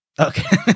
Okay